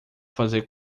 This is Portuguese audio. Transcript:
fazer